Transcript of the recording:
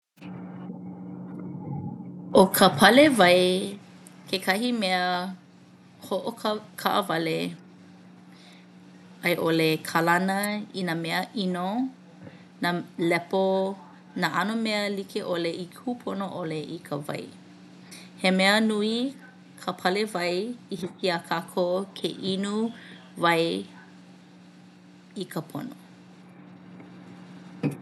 ʻO ka pale wai kekahi mea hoʻokaʻawale a i ʻole kālana i nā mea ʻino, nā lepo, nā ʻano mea like ʻole i kūpono ʻole i ka wai. He mea nui ka pale wai i hiki iā kākou ke inu wai i ka pono.